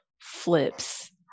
flips